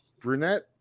brunette